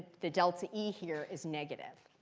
the delta e here is negative.